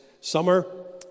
summer